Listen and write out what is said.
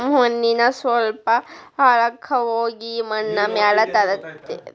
ಮಣ್ಣಿನ ಸ್ವಲ್ಪ ಆಳಕ್ಕ ಹೋಗಿ ಆ ಮಣ್ಣ ಮ್ಯಾಲ ತರತತಿ